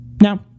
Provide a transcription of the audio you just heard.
Now